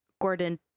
Gordon